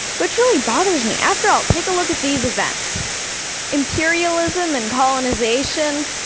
which really bothers me. after all, take a look at these events imperialism and colonization,